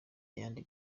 ayandi